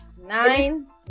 Nine